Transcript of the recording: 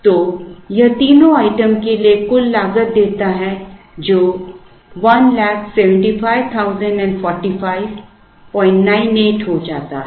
तो यह तीनों आइटम के लिए कुल लागत देता है जो 17504598 हो जाता है